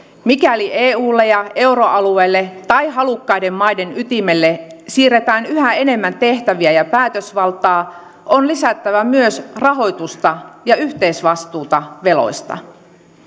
mikäli eulle ja euroalueelle tai halukkaiden maiden ytimelle siirretään yhä enemmän tehtäviä ja päätösvaltaa on lisättävä myös rahoitusta ja yhteisvastuuta veloista